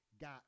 got